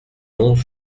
onze